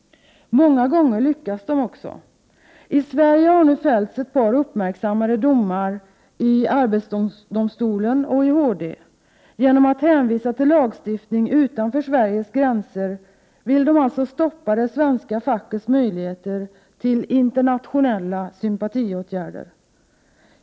Många gånger lyckas de också. I Sverige har nu fällts ett par uppmärksammade domar i arbetsdomstolen och HD. Genom att hänvisa till lagstiftning utanför Sveriges gränser vill de stoppa det svenska fackets möjligheter till internationella sympatiåtgärder.